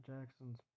Jackson's